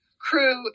Crew